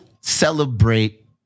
celebrate